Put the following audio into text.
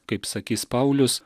kaip sakys paulius